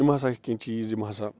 یِم ہَسا چھِ کیٚنٛہہ چیٖز یِم ہَسا